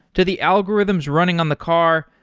to the algorithms running on the car,